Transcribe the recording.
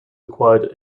acquired